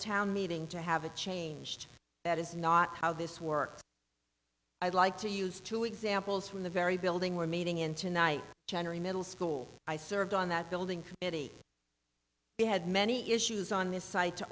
town meeting to have a changed that is not how this works i'd like to use two examples from the very building we're meeting in tonight generally middle school i served on that building committee we had many issues on this side to